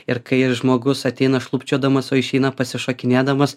ir kai žmogus ateina šlubčiodamas o išeina pasišokinėdamas